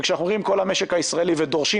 וכשאנחנו אומרים: כל המשק הישראלי ודורשים